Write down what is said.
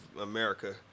America